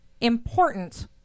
important